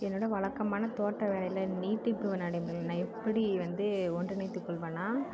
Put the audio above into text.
என்னோட வழக்கமான தோட்ட வேலையில் நீட்டிப்பு நடைமுறைனால் நான் எப்படி வந்து ஒன்றிணைத்து கொள்வேன்னால்